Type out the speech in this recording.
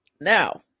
Now